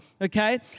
okay